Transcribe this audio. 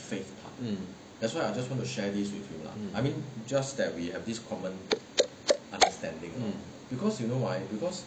mm